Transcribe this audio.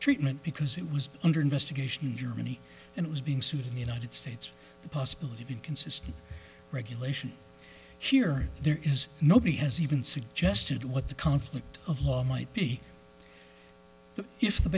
treatment because it was under investigation in germany and was being sued in the united states the possibility of inconsistent regulation here there is nobody has even suggested what the conflict of law might be